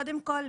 קודם כול,